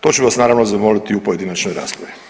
To ću vas, naravno, zamoliti u pojedinačnoj raspravi.